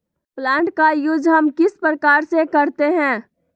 Plant का use हम किस प्रकार से करते हैं?